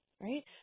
right